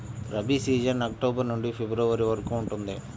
rabi season October నుండి ఫిబ్రవరి వరకు ఉంటుంది